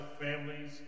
families